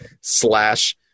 slash